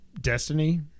destiny